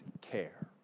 care